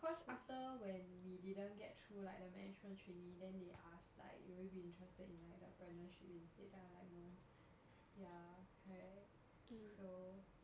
cause after when we didn't get through like the management trainee then they ask like will you be interested in like the apprenticeship instead then I'm like no ya correct so